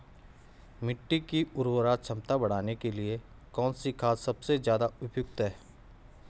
मिट्टी की उर्वरा क्षमता बढ़ाने के लिए कौन सी खाद सबसे ज़्यादा उपयुक्त है?